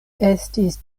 estis